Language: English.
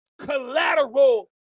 collateral